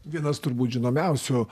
vienas turbūt žinomiausių